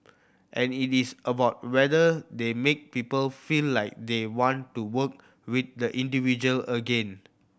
and it is about whether they make people feel like they want to work with the individual again